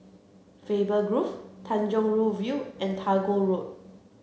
Faber Grove Tanjong Rhu View and Tagore Road